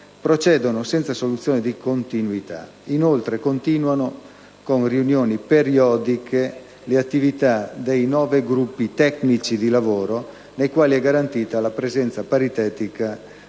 procedono senza soluzione di continuità. Inoltre, continuano con riunioni periodiche le attività dei nove gruppi tecnici di lavoro, nei quali è garantita la presenza paritetica di